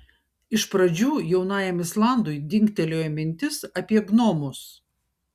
iš pradžių jaunajam islandui dingtelėjo mintis apie gnomus